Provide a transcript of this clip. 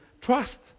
trust